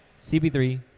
CP3